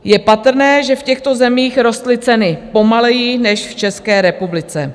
Je patrné, že v těchto zemích rostly ceny pomaleji než v České republice.